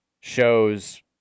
shows